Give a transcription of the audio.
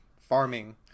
farming